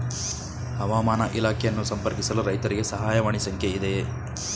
ಹವಾಮಾನ ಇಲಾಖೆಯನ್ನು ಸಂಪರ್ಕಿಸಲು ರೈತರಿಗೆ ಸಹಾಯವಾಣಿ ಸಂಖ್ಯೆ ಇದೆಯೇ?